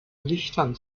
lichtern